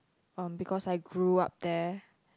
um because I grew up there